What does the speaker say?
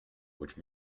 which